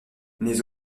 les